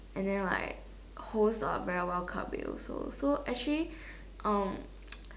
and then like host are very welcoming also so actually um